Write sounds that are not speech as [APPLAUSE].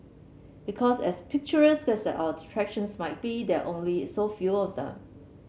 because as picturesque [UNINTELLIGIBLE] our attractions might be there only so few of them